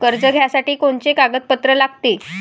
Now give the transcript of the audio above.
कर्ज घ्यासाठी कोनचे कागदपत्र लागते?